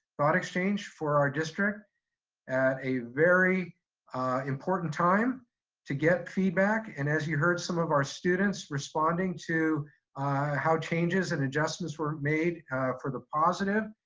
thought exchange for our district at a very important time to get feedback and as you heard some of our students responding to how changes and adjustments were made for the positive,